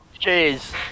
jeez